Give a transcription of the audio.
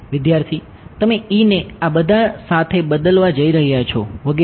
વિદ્યાર્થી તમે E ને આ બધા સાથે બદલવા જઈ રહ્યા છો વગેરે